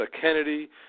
Kennedy